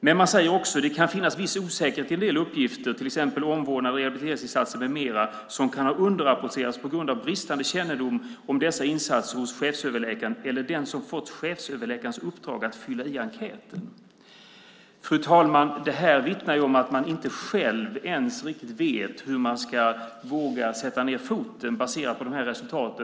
Men man säger också att det kan finnas viss osäkerhet i en del uppgifter, till exempel när det gäller omvårdnads och rehabiliteringsinsatser med mera som kan ha underrapporterats på grund av bristande kännedom om dessa insatser hos chefsöverläkaren eller den som fått chefsöverläkarens uppdrag att fylla i enkäten. Fru talman! Detta vittnar om att inte ens man själv riktigt vet hur man ska våga sätta ned foten baserat på dessa resultat.